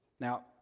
Now